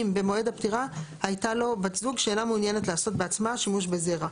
במועד הפטירה הייתה לו בת זוג שאינה מעוניינת לעשות בעצמה שימוש בזרע.